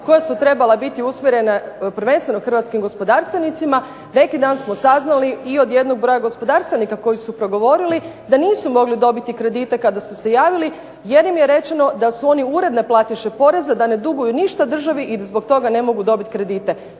koja su trebala biti usmjerena prvenstveno hrvatskim gospodarstvenicima, neki dan smo saznali i od jednog broja gospodarstvenika koji su progovorili da nisu mogli dobiti kredite kada su se javili, jer im je rečeno da su oni uredni platiše poreza, da ne duguju ništa državi i zbog toga ne mogu dobiti kredite,